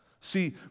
See